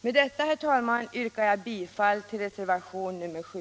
Med detta, herr talman, yrkar jag bifall till reservationen 7.